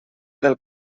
del